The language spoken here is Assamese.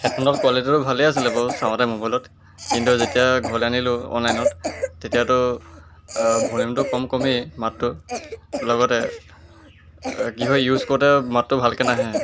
হেডফোনডাল কোৱালিটিটো ভালেই আছিলে বাৰু চাওঁতে মোবাইলত কিন্তু যেতিয়া ঘৰলৈ আনিলোঁ অনলাইনত তেতিয়াতো ভলিউমটো কম কমেই মাতটো লগতে কি হয় ইউজ কৰোঁতে মাতটো ভালকৈ নাহে